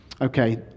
Okay